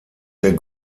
der